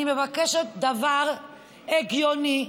אני מבקשת דבר הגיוני,